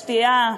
שתייה,